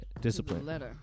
discipline